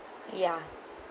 ya